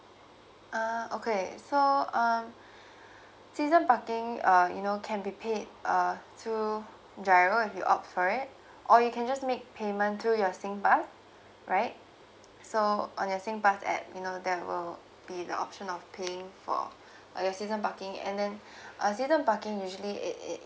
uh okay so uh season parking uh you know can be paid uh through giro if you opt for it or you can just make payment through your singpass right so on your singpass app you know there will be the option of paying for uh your season parking and then uh season parking usually if if